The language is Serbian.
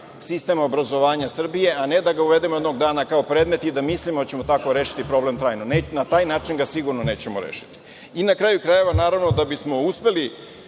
sistem obrazovanja Srbije, a ne da ga uvedemo jednog dana kao predmet i da mislimo da ćemo tako rešiti problem trajno. Ne, na taj način ga sigurno nećemo rešiti.I na kraju krajeva da bismo uspeli